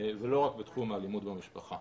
ולא רק בתחום האלימות במשפחה.